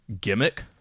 gimmick